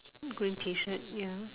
green T shirt ya